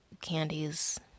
candies